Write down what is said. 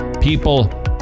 people